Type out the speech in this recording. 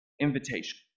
invitation